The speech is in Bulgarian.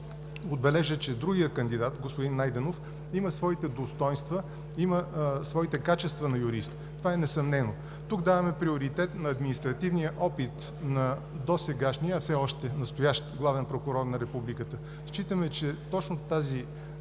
отбележа, че другият кандидат – господин Найденов, има своите достойнства, има своите качества на юрист. Това е несъмнено. Тук даваме приоритет на административния опит на досегашния и все още настоящ Главен прокурор на Републиката. Считаме, че точно тази